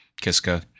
Kiska